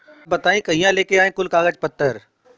तब बताई कहिया लेके आई कुल कागज पतर?